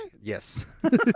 Yes